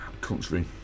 Country